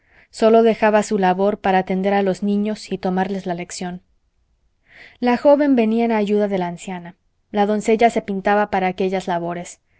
sólo dejaba su labor para atender a los niños y tomarles la lección la joven venía en ayuda de la anciana la doncella se pintaba para aquellas labores